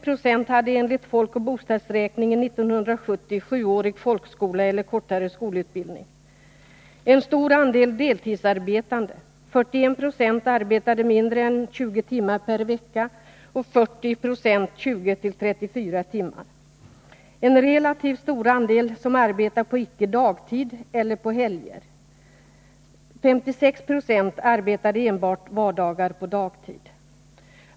En relativt stor andel som arbetar på icke dagtid eller helger — 56 96 arbetade enbart vardagar på dagtid.